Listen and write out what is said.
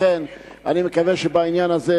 לכן אני מקווה שבעניין הזה,